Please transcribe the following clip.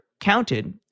counted